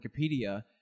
Wikipedia